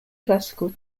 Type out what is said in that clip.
classical